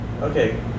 Okay